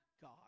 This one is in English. God